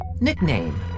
Nickname